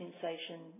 sensation